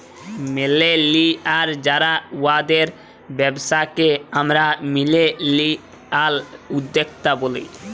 millennial যারা উয়াদের ব্যবসাকে আমরা মিলেলিয়াল উদ্যক্তা ব্যলি